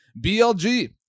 BLG